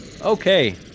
Okay